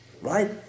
Right